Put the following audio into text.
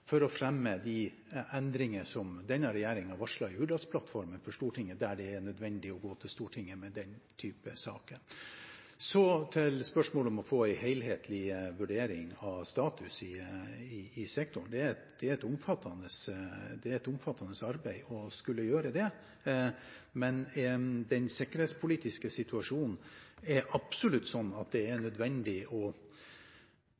for å fremme de endringer som denne regjeringen har varslet i Hurdalsplattformen, for Stortinget, der det er nødvendig å gå til Stortinget med den type saker. Til spørsmålet om å få en helhetlig vurdering av status i sektoren: Det er et omfattende arbeid å skulle gjøre det. Men den sikkerhetspolitiske situasjonen er absolutt sånn at det er